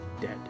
dead